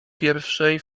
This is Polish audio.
pierwszej